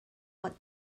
what